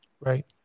right